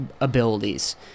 abilities